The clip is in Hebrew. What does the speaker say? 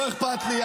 לא אכפת לי.